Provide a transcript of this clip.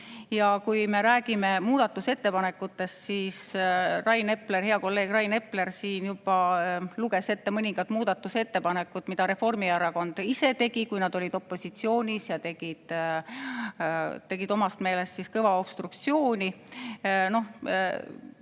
Ja kui me räägime muudatusettepanekutest, siis hea kolleeg Rain Epler siin juba luges ette mõningad muudatusettepanekud, mida Reformierakond ise tegi, kui nad olid opositsioonis ja tegid omast meelest kõva obstruktsiooni.